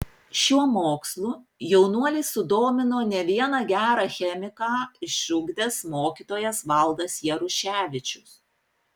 šiuo mokslu jaunuolį sudomino ne vieną gerą chemiką išugdęs mokytojas valdas jaruševičius